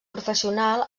professional